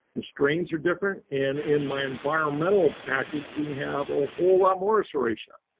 the strains are different and in my environmental package, we have a whole lot more serratia.